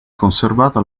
conservata